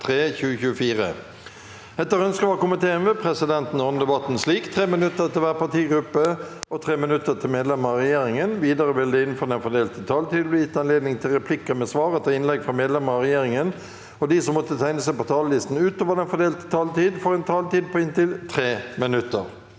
fra energi- og miljøkomiteen vil presidenten ordne debatten slik: 3 minutter til hver partigruppe og 3 minutter til medlemmer av regjeringen. Videre vil det – innenfor den fordelte taletid – bli gitt anledning til replikker med svar etter innlegg fra medlemmer av regjeringen, og de som måtte tegne seg på talerlisten utover den fordelte taletid, får også en taletid på inntil 3 minutter.